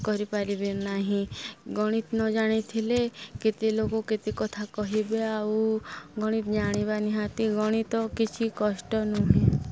କରିପାରିବେ ନାହିଁ ଗଣିତ ନ ଜାଣିଥିଲେ କେତେ ଲୋକ କେତେ କଥା କହିବେ ଆଉ ଗଣିତ ଜାଣିବା ନିହାତି ଗଣିତ କିଛି କଷ୍ଟ ନୁହେଁ